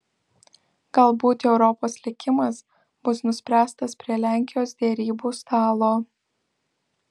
galbūt europos likimas bus nuspręstas prie lenkijos derybų stalo